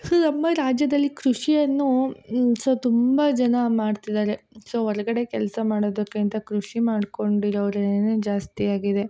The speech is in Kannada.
ಸೊ ನಮ್ಮ ರಾಜ್ಯದಲ್ಲಿ ಕೃಷಿಯನ್ನು ಸ ತುಂಬ ಜನ ಮಾಡ್ತಿದ್ದಾರೆ ಸೊ ಒರ್ಗಡೆ ಕೆಲಸ ಮಾಡೋದಕ್ಕಿಂತ ಕೃಷಿ ಮಾಡ್ಕೊಂಡು ಇರೋರೇನೆ ಜಾಸ್ತಿ ಆಗಿದೆ